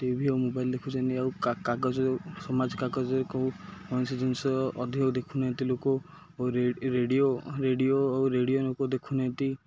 TV ଓ mobile ଦେଖୁଛନ୍ତି ଆଉ କାଗଜରେ ସମାଜ କାଗଜରେ କେହି କୌଣସି ଜିନିଷ ଅଧିକ ଦେଖୁନାହାନ୍ତି ଲୋକ ଓ ରେଡ଼ିଓ ରେଡ଼ିଓ ଆଉ ରେଡ଼ିଓ ଲୋକ ଦେଖୁନାହାନ୍ତି